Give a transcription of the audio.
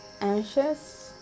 anxious